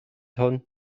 hwn